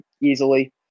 easily